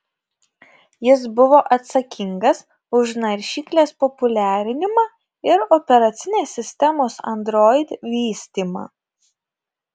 jis buvo atsakingas už naršyklės populiarinimą ir operacinės sistemos android vystymą